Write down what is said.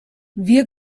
wir